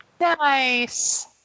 Nice